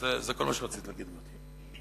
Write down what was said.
זה כל מה שרציתי להגיד, גברתי.